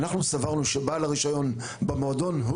אנחנו סברנו שבעל הרישיון במועדון הוא